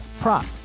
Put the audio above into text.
prop